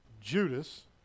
Judas